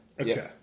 Okay